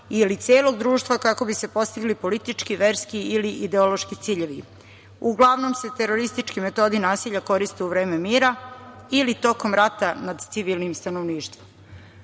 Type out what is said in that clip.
ili celog društva kako bi se postigli politički, verski ili ideološki ciljevi. Uglavnom se teroristički metodi nasilja koriste u vreme mira ili tokom rata nad civilnim stanovništvom.